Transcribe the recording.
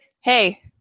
hey